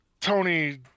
Tony